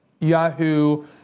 Yahoo